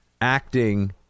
acting